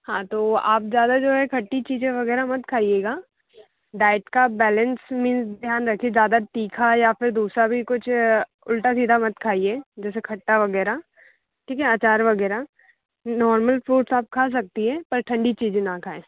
हाँ तो आप ज़्यादा जो है खट्टी चीज़ें वग़ैरह मत खाइएगा डाइट का बैलेंस मीन्स ध्यान रखिए ज़्यादा तीखा या फिर दूसरा भी कुछ उल्टा सीधा मत खाइए जैसे खट्टा वग़ैरह ठीक है अचार वग़ैरह नॉर्मल फूड आप खा सकती हैं पर ठण्डी चीज़ें ना खाएं